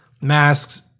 Masks